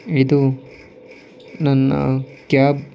ಇದು ನನ್ನ ಕ್ಯಾಬ್